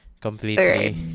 completely